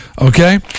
Okay